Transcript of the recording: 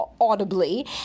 audibly